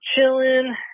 chilling